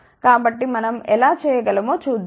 కాబట్టి మనం ఎలా చేయగలమో చూద్దాం